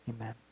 Amen